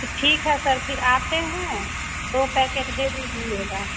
ठीक है सर फिर आते हैं दो पैकेट दे दीजिएगा